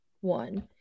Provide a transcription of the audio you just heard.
One